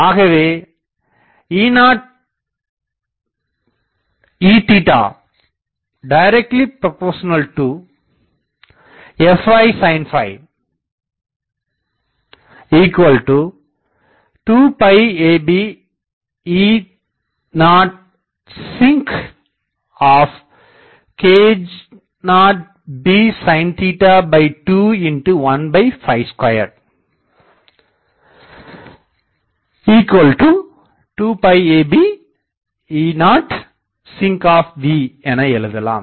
ஆகவே நாம் E fysin 2ab E0sinck0bsin212 2ab E0sinc என எழுதலாம்